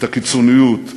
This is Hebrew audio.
את הקיצוניות,